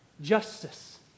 justice